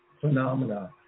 phenomena